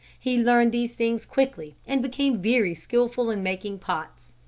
he learned these things quickly and became very skillful in making pots.